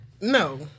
no